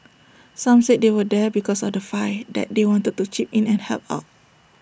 some said they were there because of the fine that they wanted to chip in and help out